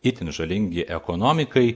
itin žalingi ekonomikai